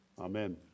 amen